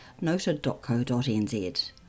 noted.co.nz